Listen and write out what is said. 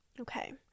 Okay